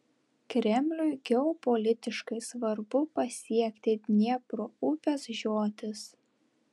kremliui geopolitiškai svarbu pasiekti dniepro upės žiotis